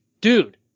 Dude